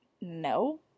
no